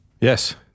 Yes